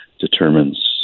determines